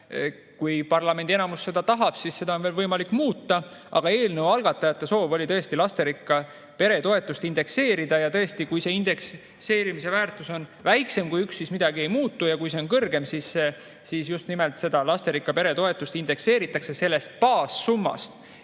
kui parlamendi enamus seda tahab, on seda võimalik muuta. Aga eelnõu algatajate soov oli tõesti lasterikka pere toetust indekseerida. Ja tõesti, kui [indeksi] väärtus on väiksem kui üks, siis midagi ei muutu, aga kui see on [suurem], siis just nimelt lasterikka pere toetust indekseeritakse [võrreldes] baassummaga.